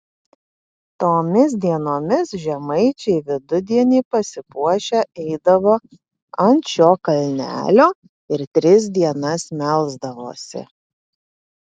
tomis dienomis žemaičiai vidudienį pasipuošę eidavo ant šio kalnelio ir tris dienas melsdavosi